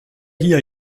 hier